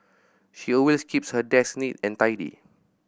she always keeps her desk neat and tidy